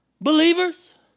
believers